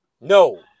No